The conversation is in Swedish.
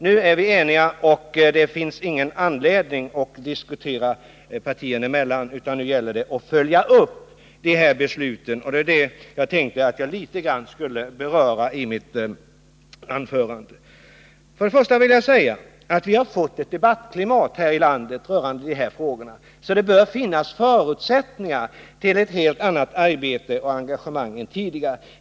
Nu är vi alltså eniga, varför det inte finns någon anledning för partierna att disputera sinsemellan. Nu gäller det att följa upp besluten, och det skall jag säga några ord om. Debattklimatet i dessa frågor har blivit sådunt att det bör finnas förutsättningar för ett helt annat arbete och engagemang än tidigare.